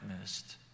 missed